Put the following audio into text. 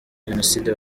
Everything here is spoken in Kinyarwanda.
jenoside